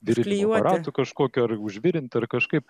virint aparatu kažkokiu ar užvirint ir kažkaip